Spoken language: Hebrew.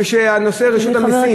כשרשות המסים,